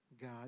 God